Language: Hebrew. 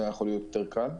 היה יכול להיות יותר קל.